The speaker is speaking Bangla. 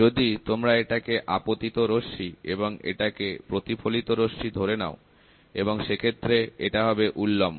যদি তোমরা এটাকে আপতিত রশ্মি এবং এটাকে প্রতিফলিত রশ্মি ধরে নাও এবং সেক্ষেত্রে এটা হবে লম্ব